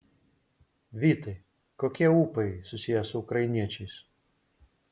vytai kokie ūpai susiję su ukrainiečiais